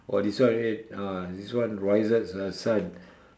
oh this one eh ah this one rohaizat's son